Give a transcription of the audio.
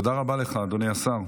תודה רבה לך, אדוני השר.